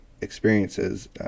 experiences